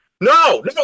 No